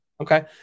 Okay